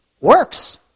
works